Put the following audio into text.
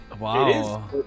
Wow